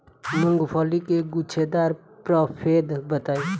मूँगफली के गूछेदार प्रभेद बताई?